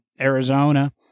Arizona